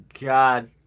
God